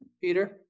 Peter